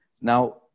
Now